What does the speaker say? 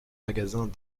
magasins